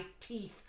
teeth